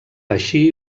així